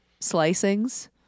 slicings